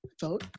Vote